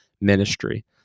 ministry